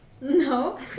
No